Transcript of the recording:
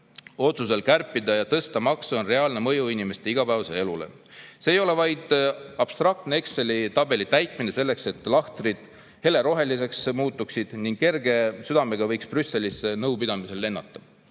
otsusel kärpida ja tõsta makse on reaalne mõju inimeste igapäevasele elule. See ei ole vaid abstraktne Exceli tabeli täitmine selleks, et lahtrid heleroheliseks muutuksid ning võiks kerge südamega Brüsselisse nõupidamisele lennata.